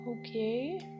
Okay